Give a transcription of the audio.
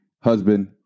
husband